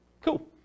Cool